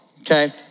okay